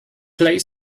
play